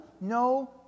no